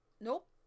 nope